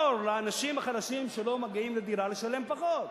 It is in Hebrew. לאנשים החלשים שלא מגיעים לדירה לשלם פחות.